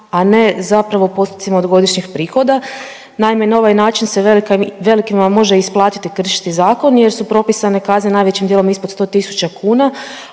a ne zapravo u postocima od godišnjih prihoda? Naime, na ovaj način se velikima može isplatiti kršiti zakon jer su propisane kazne najvećim dijelom ispod 100 000 kuna,